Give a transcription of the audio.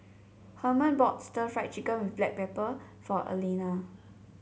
Herman bought stir Fry Chicken with Black Pepper for Alayna